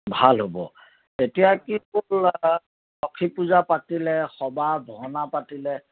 ভাল হ'ব এতিয়া কি পূজা লক্ষী পূজা পাতিলে সবাহ ভাওনা পাতিলে